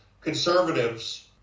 conservatives